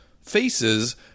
faces